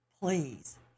Please